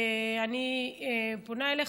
אני פונה אליך,